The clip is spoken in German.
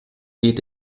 geht